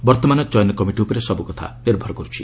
ବର୍ତ୍ତମାନ ଚୟନ କମିଟି ଉପରେ ସବୁକଥା ନିର୍ଭର କରୁଛି